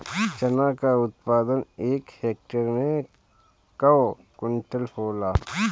चना क उत्पादन एक हेक्टेयर में कव क्विंटल होला?